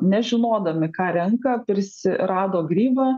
nežinodami ką renka tarsi rado grybą